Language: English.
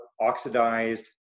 oxidized